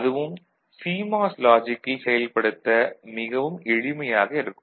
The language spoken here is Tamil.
அதுவும் சிமாஸ் லாஜிக்கில் செயல்படுத்த மிகவும் எளிமையாக இருக்கும்